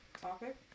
Topic